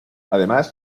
además